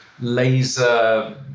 laser